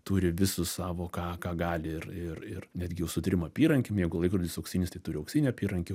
turi visus savo ką ką gali ir ir ir netgi jau su trim apyrankėm jeigu laikrodis auksinis tai turi auksinę apyrankę